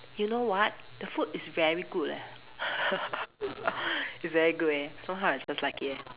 you know what the food is very good leh it's very good leh somehow I just like it leh